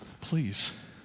please